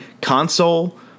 console